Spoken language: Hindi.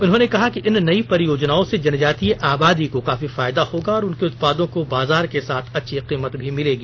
उन्होंने कहा कि इन नई परियोजनाओं से जनजातीय आबादी को काफी फायदा होगा और उनके उत्पादों को बाजार के साथ अच्छी कीमत भी मिलेगी